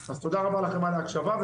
תודה רבה לכם על ההקשבה,